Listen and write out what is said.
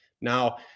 Now